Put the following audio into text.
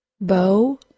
bow